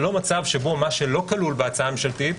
לא מצב שבו מה שלא כלול בהצעה הממשלתית,